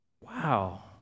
Wow